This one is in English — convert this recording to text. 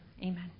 Amen